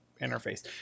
interface